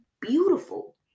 beautiful